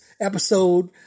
episode